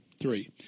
Three